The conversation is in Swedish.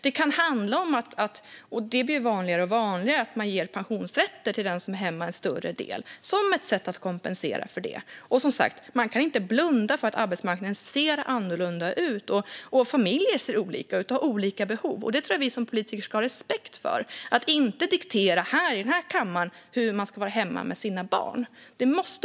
Det kan handla om att man ger pensionsrätter till den som är hemma en större del som ett sätt att kompensera - något som blir allt vanligare. Och som sagt: Man kan inte blunda för att arbetsmarknaden ser annorlunda ut. Familjer ser också olika ut och har olika behov, och det tror jag att vi politiker ska ha respekt för. Vi ska inte diktera i den här kammaren hur man ska vara hemma med sina barn.